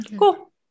cool